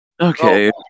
Okay